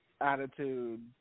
attitude